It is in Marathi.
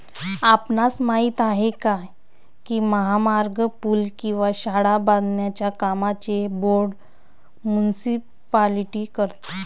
आपणास माहित आहे काय की महामार्ग, पूल किंवा शाळा बांधण्याच्या कामांचे बोंड मुनीसिपालिटी करतो?